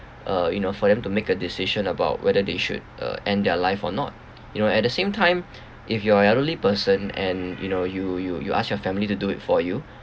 uh you know for them to make a decision about whether they should uh end their life or not you know at the same time if you're elderly person and you know you you you ask your family to do it for you